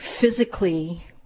physically